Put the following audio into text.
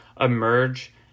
emerge